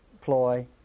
ploy